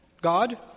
God